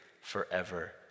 forever